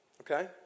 okay